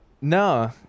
No